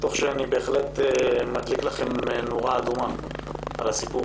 אני בהחלט מדליק לכם נורה אדומה על הסיפור